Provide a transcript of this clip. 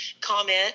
comment